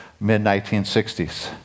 mid-1960s